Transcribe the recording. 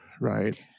right